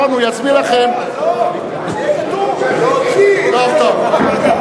יש מדדים רבים לכל עניין ההגירה באופן כללי,